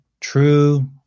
True